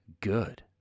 good